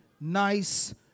nice